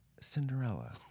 Cinderella